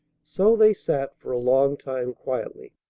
so they sat for a long time quietly.